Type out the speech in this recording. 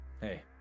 Hey